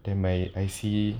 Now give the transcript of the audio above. then my I_C